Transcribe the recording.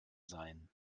seien